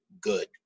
good